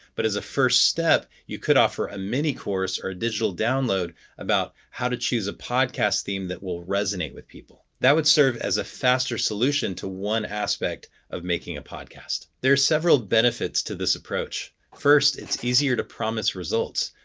but as a first step, you could offer a mini-course or digital download about how to choose a podcast theme that will resonate with people that would serve as a faster solution to one aspect of making a podcast. there are several benefits to this approach. first, it's easier to promise results.